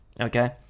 okay